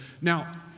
Now